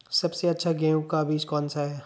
सबसे अच्छा गेहूँ का बीज कौन सा है?